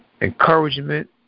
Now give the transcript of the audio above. encouragement